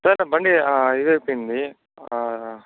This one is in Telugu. సార్ నా బండి ఇదయిపోయింది